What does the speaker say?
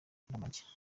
ndamage